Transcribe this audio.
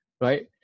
right